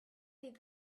leave